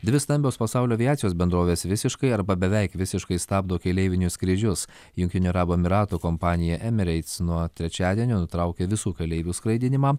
dvi stambios pasaulio aviacijos bendrovės visiškai arba beveik visiškai stabdo keleivinius skrydžius jungtinių arabų emyratų kompanija emirates nuo trečiadienio nutraukė visų keleivių skraidinimą